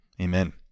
Amen